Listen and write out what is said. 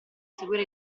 seguire